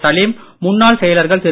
சலீம் முன்னாள் செயலர்கள் திரு